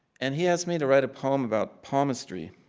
and he asked me to write a poem about palmistry.